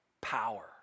power